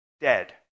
dead